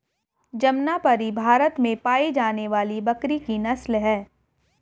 जमनापरी भारत में पाई जाने वाली बकरी की नस्ल है